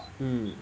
hmm